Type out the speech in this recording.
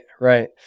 Right